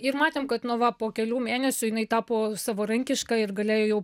ir matėm kad nu va po kelių mėnesių jinai tapo savarankiška ir galėjo jau